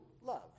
love